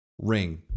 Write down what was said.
ring